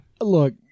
look